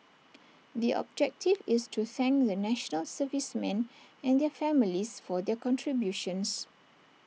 the objective is to thank the National Servicemen and their families for their contributions